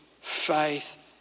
faith